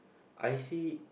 I see